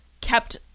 kept